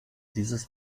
dieses